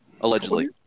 Allegedly